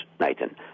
Nathan